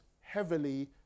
heavily